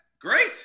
great